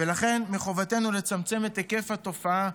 ולכן מחובתנו לצמצם את היקף התופעה,